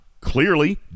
clearly